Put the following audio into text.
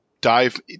dive